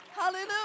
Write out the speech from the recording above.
hallelujah